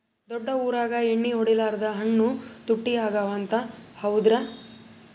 ದೊಡ್ಡ ಊರಾಗ ಎಣ್ಣಿ ಹೊಡಿಲಾರ್ದ ಹಣ್ಣು ತುಟ್ಟಿ ಅಗವ ಅಂತ, ಹೌದ್ರ್ಯಾ?